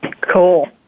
Cool